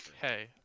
Hey